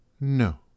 no